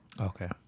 Okay